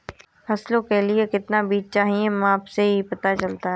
फसलों के लिए कितना बीज चाहिए माप से ही पता चलता है